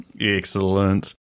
excellent